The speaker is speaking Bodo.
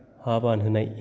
हा बानहोनाय